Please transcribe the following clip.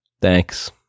Thanks